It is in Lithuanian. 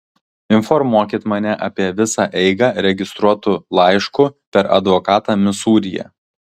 informuokit mane apie visą eigą registruotu laišku per advokatą misūryje